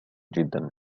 جدا